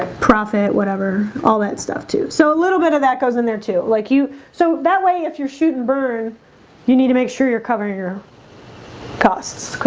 profit, whatever all that stuff too so a little bit of that goes in there too like you so that way if you're shooting burn you need to make sure you're covering your costs, okay